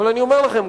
אבל אני אומר לכם,